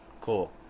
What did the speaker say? Cool